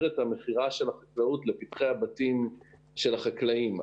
את המכירה של החקלאות לפתחי הבתים של החקלאים.